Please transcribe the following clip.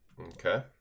Okay